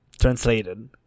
translated